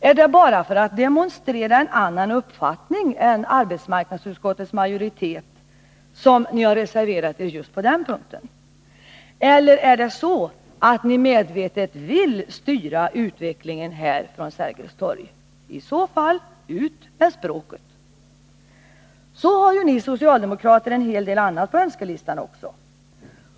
Är det bara för att demonstrera en annan uppfattning än den arbetsmarknadsutskottets majoritet har som ni reserverat er på just den punkten? Eller är det så, att ni medvetet vill styra utvecklingen här från Sergels torg? I så fall ut med språket! Så har ju ni socialdemokrater en hel del annat på önskelistan också.